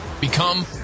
Become